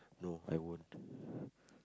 no I won't